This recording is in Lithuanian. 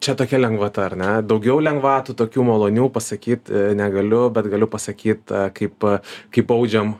čia tokia lengvata ar ne daugiau lengvatų tokių malonių pasakyt negaliu bet galiu pasakyt kaip kaip baudžiam